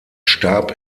starb